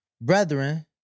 brethren